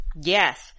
yes